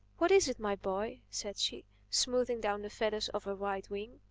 what is it, my boy? said she, smoothing down the feathers of her right wing.